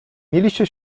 mieliście